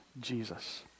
Jesus